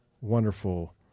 wonderful